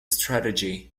strategy